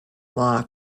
law